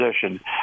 position